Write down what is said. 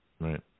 Right